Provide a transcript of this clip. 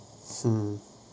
mm